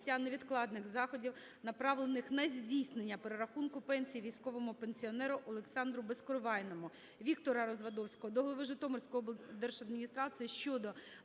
невідкладних заходів, направлених на здійснення перерахунку пенсій військовому пенсіонеру Олександру Безкоровайному. Віктора Развадовського до голови Житомирської облдержадміністрації щодо